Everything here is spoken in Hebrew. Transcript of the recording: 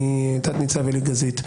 מתת-ניצב אלי גזית.